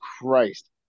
Christ